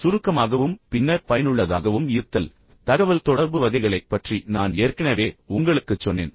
சுருக்கமாகவும் பின்னர் பயனுள்ளதாகவும் இருத்தல் தகவல்தொடர்பு வகைகளைப் பற்றி நான் ஏற்கனவே உங்களுக்குச் சொல்லத் தொடங்கினேன்